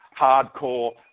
hardcore